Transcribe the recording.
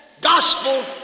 gospel